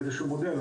באיזשהו מודל,